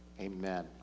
amen